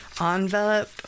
envelope